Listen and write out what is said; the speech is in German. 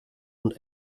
und